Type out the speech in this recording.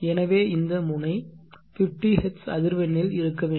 எனவே இந்த முனை 50 ஹெர்ட்ஸ் அதிர்வெண்ணில் இருக்க வேண்டும்